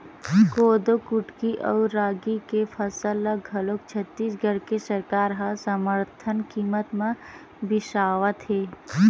कोदो कुटकी अउ रागी के फसल ल घलोक छत्तीसगढ़ के सरकार ह समरथन कीमत म बिसावत हे